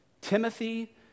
Timothy